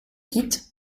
quittes